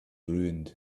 ruined